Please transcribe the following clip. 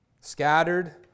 Scattered